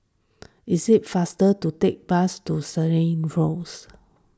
is it faster to take the bus to Segar Rose